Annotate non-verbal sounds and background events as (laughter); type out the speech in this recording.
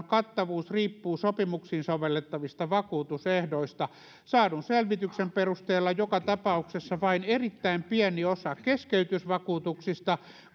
(unintelligible) kattavuus riippuu sopimuksiin sovellettavista vakuutusehdoista saadun selvityksen perusteella joka tapauksessa vain erittäin pieni osa keskeytysvakuutuksista